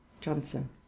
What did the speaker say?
Johnson